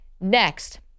Next